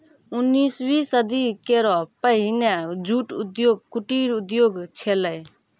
उन्नीसवीं शताब्दी केरो पहिने जूट उद्योग कुटीर उद्योग छेलय